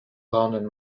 braunen